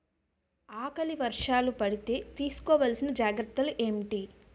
ఆకలి వర్షాలు పడితే తీస్కో వలసిన జాగ్రత్తలు ఏంటి?